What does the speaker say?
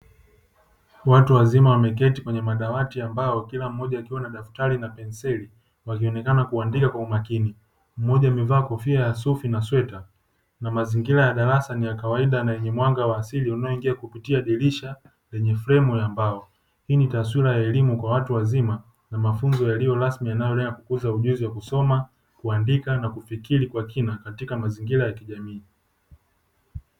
Watu wazima wameketi kwenye madawati ya mbao; kila mmoja akiwa na daftari na penseli wakionekana kuandika kwa umakini, Mmoja amevaa kofia ya sufi na sweta na mazingira ya darasa ni ya kawaida na yenye mwanga wa asili unaoingia kupitia dirisha lenye fremu ya mbao. Hii ni taswira ya elimu kwa watu wazima na mafunzo yaliyo rasmi yanayolea kukuza ujuzi wa kusoma, kuandika na kufikiri kwa kina katika mazingira ya kijamii.